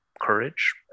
courage